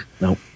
Nope